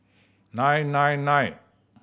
nine nine nine